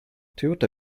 toyota